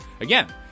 Again